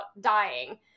dying